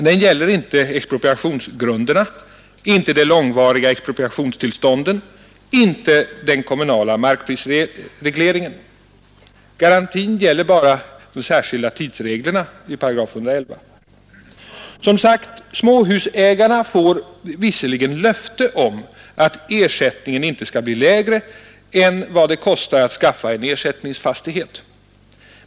Den gäller inte expropriationsgrunderna, inte de långvariga expropriationstillstånden inte, den kommunala markprisregleringen. Garantin gäller bara de särskilda tidsreglerna i 111 §. Som sagt — småhusägarna får visserligen löfte om att ersättningen inte skall bli lägre än vad det kostar att skaffa en ersättningsfastighet.